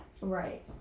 Right